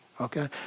okay